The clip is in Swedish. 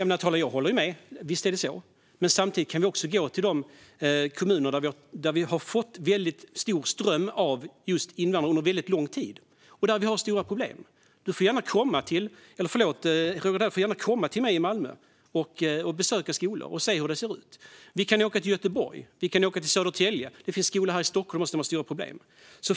Herr talman! Jag håller med. Visst är det så. Samtidigt kan vi gå till de kommuner som har fått en stor ström av just invandrare under lång tid, och där vi har stora problem. Roger Haddad får gärna komma till mig i Malmö och besöka skolor för att se hur det ser ut. Vi kan åka till Göteborg och till Södertälje. Det finns också skolor här i Stockholm som har stora problem.